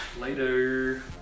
Later